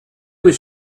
was